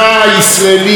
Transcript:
בספרות,